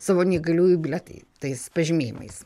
savo neįgaliųjų bilietai tais pažymėjimais